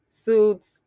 suits